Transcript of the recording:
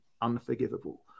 unforgivable